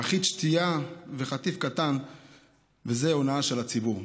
פחית שתייה וחטיף קטן זו הונאה של הציבור.